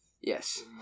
Yes